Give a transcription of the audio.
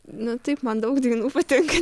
nu taip man daug dainų patinka